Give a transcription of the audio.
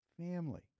Family